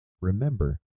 remember